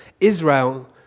Israel